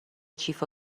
کیف